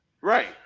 Right